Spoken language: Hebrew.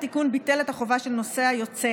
התיקון ביטל את החובה של נוסע יוצא